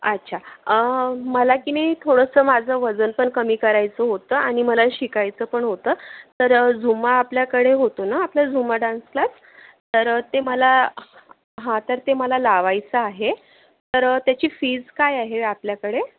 अच्छा मला की नाही थोडंसं माझं वजन पण कमी करायचं होतं आणि मला शिकायचं पण होतं तर झुम्मा आपल्याकडे होतो ना आपला झुम्मा डान्स क्लास तर ते मला हा तर ते मला लावायचं आहे तर त्याची फीज काय आहे आपल्याकडे